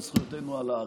על זכויותינו על הארץ,